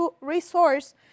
resource